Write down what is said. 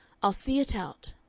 i'll see it out.